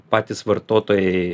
patys vartotojai